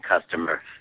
customer